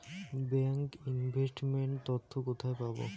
Bank investment তথ্য কোথায় পাব?